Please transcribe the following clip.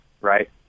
right